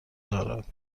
دارد